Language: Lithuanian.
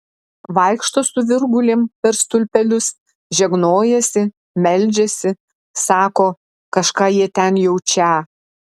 vaikšto su virgulėm per stulpelius žegnojasi meldžiasi sako kažką jie ten jaučią